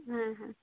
হ্যাঁ হ্যাঁ